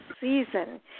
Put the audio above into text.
season